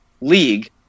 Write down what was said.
league